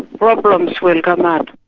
problems will come out.